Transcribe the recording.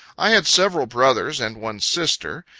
i had several brothers and one sister.